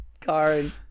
Karen